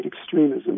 extremism